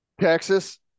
Texas